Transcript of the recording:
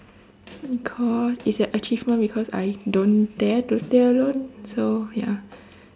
because it's an achievement because I don't dare to stay alone so ya